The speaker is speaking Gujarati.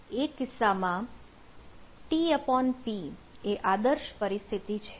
એ કિસ્સામાં TP એ આદર્શ પરિસ્થિતિ છે